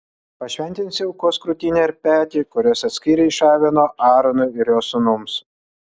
pašventinsi aukos krūtinę ir petį kuriuos atskyrei iš avino aaronui ir jo sūnums